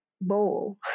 bowl